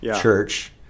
Church